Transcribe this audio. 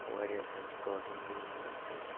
واریاہ زیادٕ پرٛابلِم گٔے یِمَن اَمہِ سۭتۍ